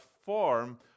form